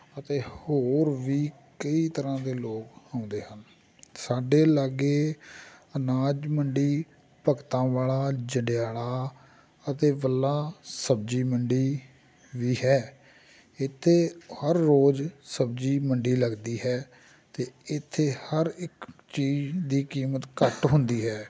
ਅਤੇ ਹੋਰ ਵੀ ਕਈ ਤਰ੍ਹਾਂ ਦੇ ਲੋਕ ਆਉਂਦੇ ਹਨ ਸਾਡੇ ਲਾਗੇ ਅਨਾਜ ਮੰਡੀ ਭਗਤਾਂ ਵਾਲਾ ਜੰਡਿਆਲਾ ਅਤੇ ਵੱਲਾ ਸਬਜ਼ੀ ਮੰਡੀ ਵੀ ਹੈ ਇੱਥੇ ਹਰ ਰੋਜ਼ ਸਬਜ਼ੀ ਮੰਡੀ ਲੱਗਦੀ ਹੈ ਅਤੇ ਇੱਥੇ ਹਰ ਇੱਕ ਚੀਜ਼ ਦੀ ਕੀਮਤ ਘੱਟ ਹੁੰਦੀ ਹੈ